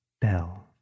bell